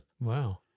Wow